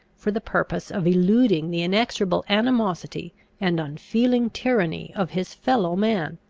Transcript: for the purpose of eluding the inexorable animosity and unfeeling tyranny of his fellow man!